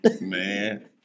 Man